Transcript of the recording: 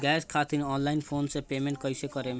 Gas खातिर online phone से payment कैसे करेम?